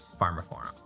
PharmaForum